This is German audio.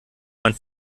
man